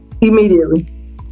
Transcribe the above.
Immediately